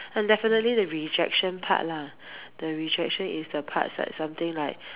and definitely the rejection part lah the rejection is the parts like something like